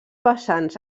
vessants